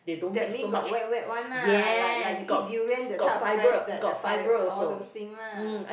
that mean got wet wet one lah like like you eat durian that type of fresh that that f~ all those thing lah